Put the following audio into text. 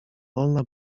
wolna